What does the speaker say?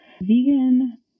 Vegan